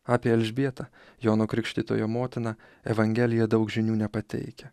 apie elžbietą jono krikštytojo motiną evangelija daug žinių nepateikia